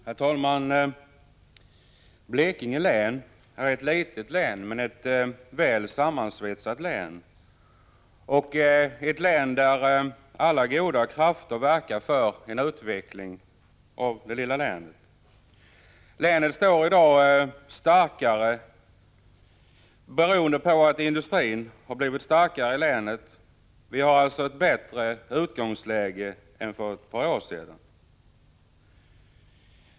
Herr talman! Blekinge län är ett litet län men väl sammansvetsat. Alla goda krafter verkar där för en utveckling. Länet står i dag starkare, beroende på att industrin har blivit starkare. Vi har alltså ett bättre utgångsläge än för ett par år sedan.